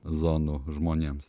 zonų žmonėms